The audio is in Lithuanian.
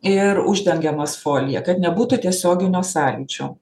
ir uždengiamas folija kad nebūtų tiesioginio sąlyčio